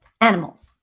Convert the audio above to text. animals